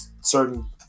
certain